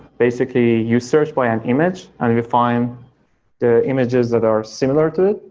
basically you search by an image and we find the images that are similar to it,